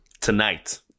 Tonight